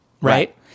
Right